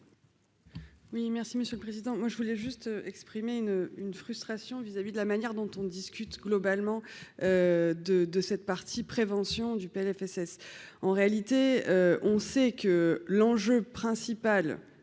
Oui, merci Monsieur le Président, moi je voulais juste exprimé une une frustration vis-à-vis de la manière dont on discute globalement de de cette partie prévention du PLFSS en réalité, on sait que l'enjeu principal